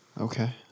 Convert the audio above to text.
Okay